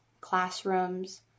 classrooms